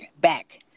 back